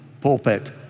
pulpit